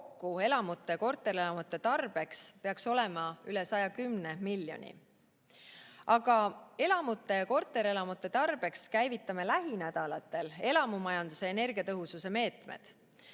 elamute ja korterelamute tarbeks peaks olema üle 110 miljoni. Aga elamute ja korterelamute tarbeks käivitame lähinädalatel elamumajanduse energiatõhususe meetmed: